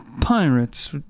pirates